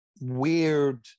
weird